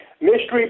Mystery